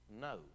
No